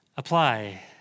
Apply